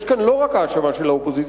יש כאן לא רק האשמה של האופוזיציה,